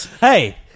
Hey